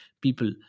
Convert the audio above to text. people